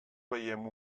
veiem